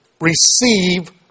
Receive